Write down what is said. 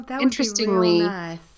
interestingly